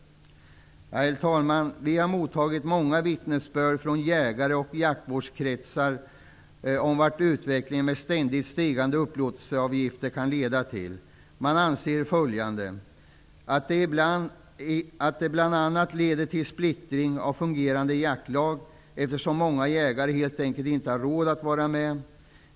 Vi har mottagit många vittnesbörd från jägare och jaktvårdskretsar om vad utvecklingen med ständigt stigande upplåtelseavgifter kan leda till. Man anser att det bl.a. leder till splittring av fungerande jaktlag, eftersom många jägare helt enkelt inte har råd att vara med.